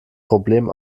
problem